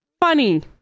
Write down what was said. Funny